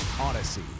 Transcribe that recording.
Odyssey